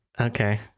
Okay